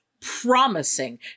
promising